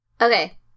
Okay